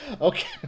Okay